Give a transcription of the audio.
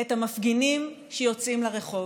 את המפגינים שיוצאים לרחוב.